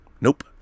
Nope